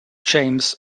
james